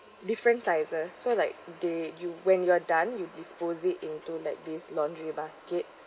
different sizes so like they you when you're done you dispose it into like this laundry basket